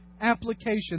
application